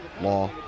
law